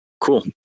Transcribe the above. cool